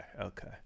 okay